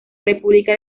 república